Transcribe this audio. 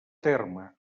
terme